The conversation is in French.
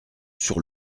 sur